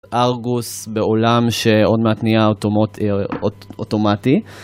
ארגוס בעולם שעוד מעט נהיה אוטומטי